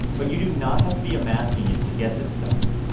but you do not have to be a math genius to get this stuff.